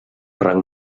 rang